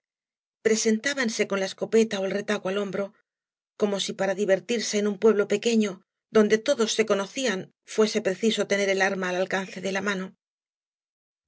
embriaguez presentábanse con la escopeta ó el retaco al hombro como si para divertirse en un pueblo pequeño donde todos se conocían fuese preciso tener el arma al alcance de la mano